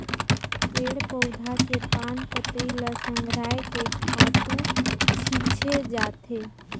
पेड़ पउधा के पान पतई ल संघरायके खातू छिछे जाथे